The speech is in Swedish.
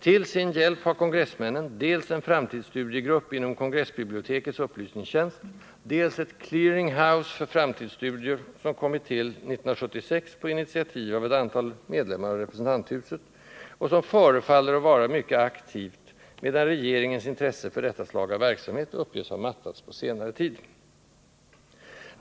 Till sin hjälp har kongressmännen dels en framtidsstudiegrupp inom kongressbibliotekets upplysningstjänst, dels ett ”clearinghouse” för framtidsstudier, som kom till 1976 på initiativ av ett antal medlemmar av representanthuset och som förefaller att vara mycket aktivt, medan regeringens intresse för detta slag av verksamhet uppges ha mattats på senare tid.